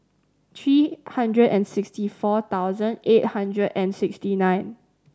three hundred and sixty four thousand eight hundred and sixty nine